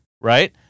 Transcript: Right